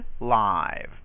live